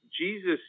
Jesus